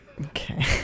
Okay